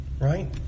Right